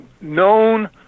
known